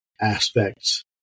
aspects